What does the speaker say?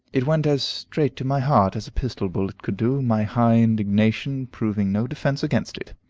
it went as straight to my heart as a pistol bullet could do, my high indignation proving no defence against it.